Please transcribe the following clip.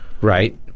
Right